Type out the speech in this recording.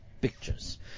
pictures